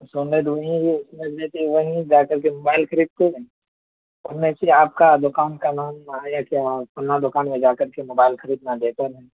وہیں جا کر کے موبائل خریدتے ہیں اور ویسے ہی آپ کا دکان کا نام دکان میں جا کر کے موبائل خریدنا بہتر ہے